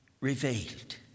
revealed